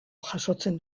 jasotzen